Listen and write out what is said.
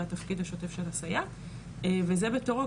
התפקיד השוטף של הסייעות וזה בתורו,